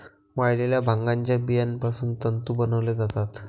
वाळलेल्या भांगाच्या बियापासून तंतू बनवले जातात